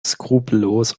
skrupellos